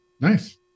Nice